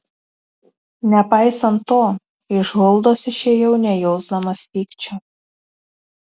nepaisant to iš huldos išėjau nejausdamas pykčio